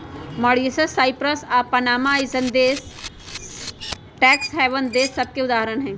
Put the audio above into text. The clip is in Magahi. मॉरीशस, साइप्रस आऽ पनामा जइसन्न देश टैक्स हैवन देश सभके उदाहरण हइ